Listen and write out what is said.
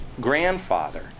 grandfather